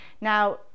Now